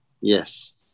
yes